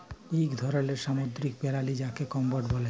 ইক ধরলের সামুদ্দিরিক পেরালি যাকে কম্বোজ ব্যলে